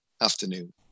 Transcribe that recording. afternoon